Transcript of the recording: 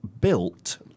built